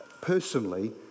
personally